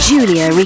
Julia